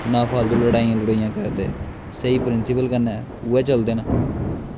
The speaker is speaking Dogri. नां फालतु लड़ाइयां लुड़ाइयां करदे स्हेई प्रिंसीपल कन्नै उऐ चलदे न